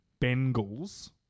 Bengals